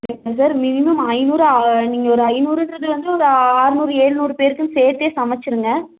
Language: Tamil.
சரிங்க சார் மினிமம் ஐநூறு நீங்கள் ஒரு ஐநூறுங்றது வந்து ஒரு அறநூறு எழுநூறு பேருக்குன்னு சேர்த்தே சமைச்சிருங்க